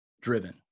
driven